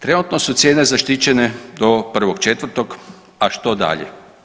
Trenutno su cijene zaštićene do 1.4., a što dalje?